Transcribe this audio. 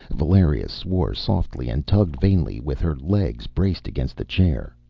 valeria swore softly and tugged vainly, with her legs braced against the chair.